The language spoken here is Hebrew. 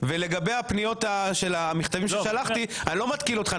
לגבי המכתבים ששלחתי, אני לא מתקיל אותך.